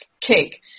cake